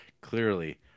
clearly